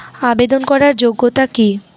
আবেদন করার যোগ্যতা কি?